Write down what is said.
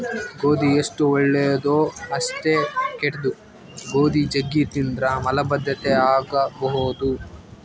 ಗೋಧಿ ಎಷ್ಟು ಒಳ್ಳೆದೊ ಅಷ್ಟೇ ಕೆಟ್ದು, ಗೋಧಿ ಜಗ್ಗಿ ತಿಂದ್ರ ಮಲಬದ್ಧತೆ ಆಗಬೊದು